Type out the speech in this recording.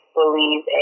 believe